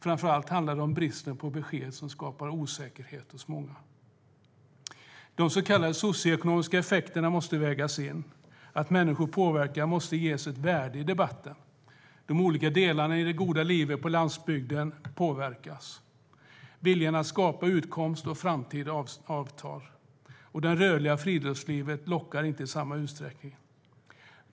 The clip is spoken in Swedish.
Framför allt handlar det om bristen på besked, som skapar osäkerhet hos många. De så kallade socioekonomiska effekterna måste vägas in. Att människor påverkas måste ges ett värde i debatten. De olika delarna i det goda livet på landsbygden påverkas. Viljan att skapa utkomst och framtid avtar, och det rörliga friluftslivet lockar inte i samma utsträckning.